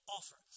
Offer